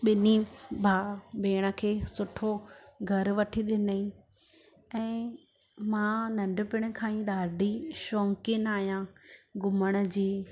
ॿिनी भाउ भेण खे सुठो घरु वठी ॾिनई ऐं मां नंढपण खां ही ॾाढी शौक़ीनि आहियां घुमणु जी